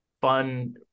fun